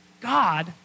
God